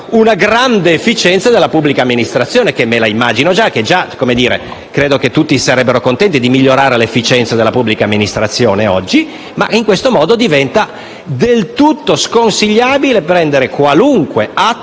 una grande efficienza da parte della pubblica amministrazione, che già mi immagino. Credo che tutti sarebbero contenti di migliorare l'efficienza della pubblica amministrazione oggi, ma in questo modo diventa del tutto sconsigliabile assumere qualunque atto